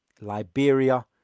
Liberia